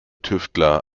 tüftler